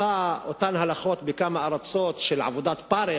אותן הלכות בכמה ארצות של עבודת פרך,